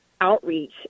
outreach